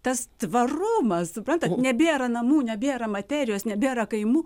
tas tvarumas suprantat nebėra namų nebėra materijos nebėra kaimų